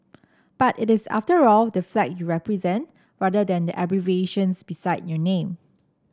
but it is after all the flag you represent rather than abbreviations beside your name